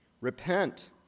Repent